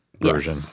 version